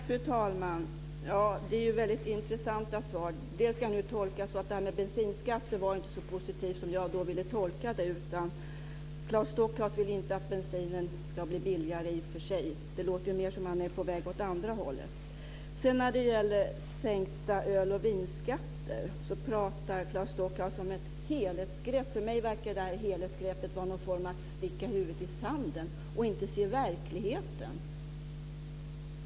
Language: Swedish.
Fru talman! Det är väldigt intressanta svar. Dels var detta med bensinskatter inte så positivt som jag ville det tolka det. Claes Stockhaus vill inte att bensinen ska bli billigare i och för sig. Det låter ju mer som om han är på väg åt det andra hållet. När det sedan gäller sänkta öl och vinskatter talar Claes Stockhaus om ett helhetsgrepp. För mig verkar helhetgreppet vara att sticka huvudet i sanden och inte se verkligheten.